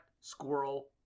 squirrel